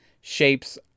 shapes